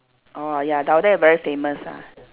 orh ya down there very famous ah